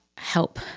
Help